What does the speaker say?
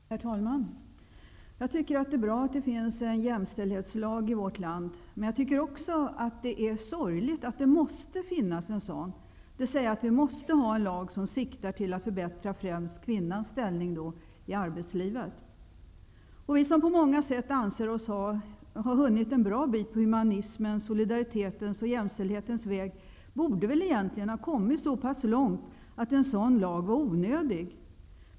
Herr talman! Jag tycker att det är bra att det finns en jämställdhetslag i vårt land. Men jag tycker också att det är sorgligt att det måste finnas en sådan lag, dvs. att vi måste ha en lag som siktar till att förbättra främst kvinnans ställning i arbetslivet. Vi som på många sätt anser oss ha hunnit en bra bit på humanismens, solidaritetens och jämställdhetens väg borde väl egentligen ha kommit så pass långt att en sådan lag var onödig.